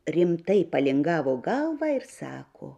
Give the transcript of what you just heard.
rimtai palingavo galvą ir sako